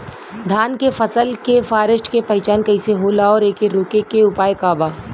धान के फसल के फारेस्ट के पहचान कइसे होला और एके रोके के उपाय का बा?